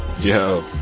Yo